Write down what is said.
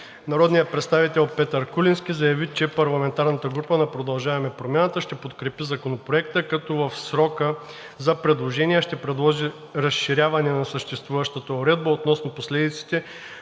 Народният представител Петър Куленски заяви, че парламентарната група на „Продължаваме Промяната“ ще подкрепи Законопроекта, като в срока за предложения ще предложи разширяване на съществуващата уредба относно последиците